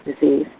disease